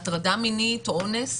הטרדה מינית או אונס.